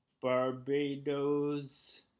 Barbados